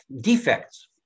defects